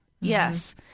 yes